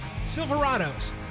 Silverados